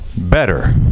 better